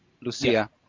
Lucia